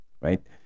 right